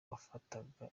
yafataga